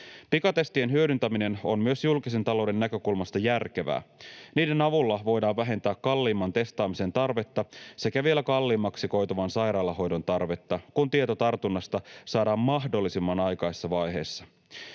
Pikatestien hyödyntäminen on myös julkisen talouden näkökulmasta järkevää. Niiden avulla voidaan vähentää kalliimman testaamisen tarvetta sekä vielä kalliimmaksi koituvan sairaalahoidon tarvetta, kun tieto tartunnasta saadaan mahdollisimman aikaisessa vaiheessa.